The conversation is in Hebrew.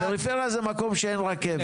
פריפריה זה מקום שאין רכבת.